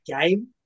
game